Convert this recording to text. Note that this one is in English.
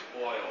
oil